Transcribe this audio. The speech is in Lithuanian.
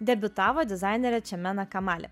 debiutavo dizainerė chemena kamali